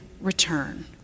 return